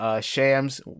Shams